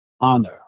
honor